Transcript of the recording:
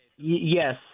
Yes